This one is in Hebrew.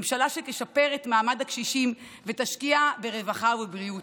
ממשלה שתשפר את מעמד הקשישים ותשקיע ברווחה ובבריאות,